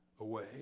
away